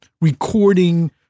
recording